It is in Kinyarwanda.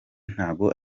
ntago